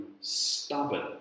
stubborn